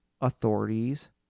authorities